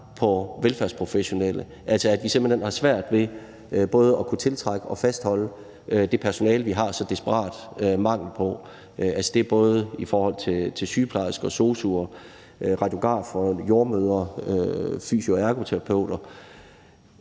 på velfærdsprofessionelle, altså det, at vi simpelt hen har svært ved både at tiltrække og fastholde det personale, vi har så desperat brug for. Det er både sygeplejersker, sosu'er, radiografer, jordemødre, fysioterapeuter,